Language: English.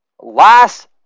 Last